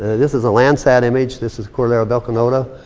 this is a landsat image. this is cordillera vilcanota,